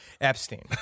Epstein